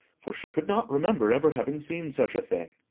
for she could not remember ever having seen such a thing.